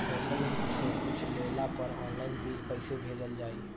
Hotel से कुच्छो लेला पर आनलाइन बिल कैसे भेजल जाइ?